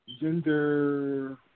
gender